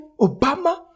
Obama